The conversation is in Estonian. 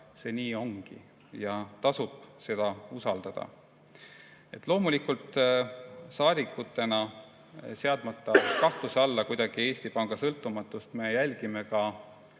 see nii ongi. Tasub seda usaldada. Loomulikult saadikutena, seadmata kahtluse alla kuidagi Eesti Panga sõltumatust, me jälgime